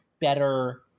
better